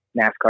NASCAR